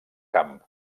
camp